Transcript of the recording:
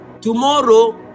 tomorrow